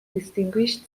distinguished